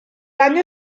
año